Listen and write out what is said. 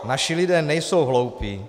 Naši lidé nejsou hloupí.